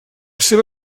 seva